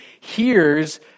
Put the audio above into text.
hears